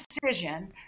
decision